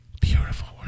Beautiful